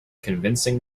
convincing